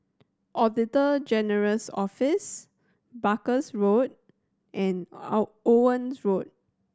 Auditor General's Office Barker's Road and Owen's Road